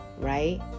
right